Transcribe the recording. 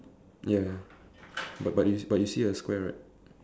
ya ya but but but you see a square right